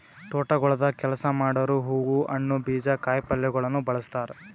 ತೋಟಗೊಳ್ದಾಗ್ ಕೆಲಸ ಮಾಡೋರು ಹೂವು, ಹಣ್ಣು, ಬೀಜ, ಕಾಯಿ ಪಲ್ಯಗೊಳನು ಬೆಳಸ್ತಾರ್